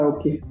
Okay